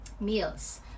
meals